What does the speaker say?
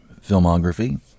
filmography